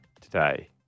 today